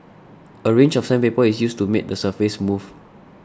a range of sandpaper is used to make the surface smooth